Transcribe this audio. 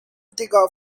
tikah